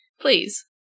Please